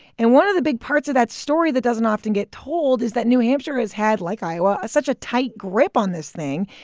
and one of the big parts of that story that doesn't often get told is that new hampshire has had, like iowa, such a tight grip on this thing.